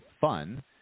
fun